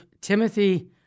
Timothy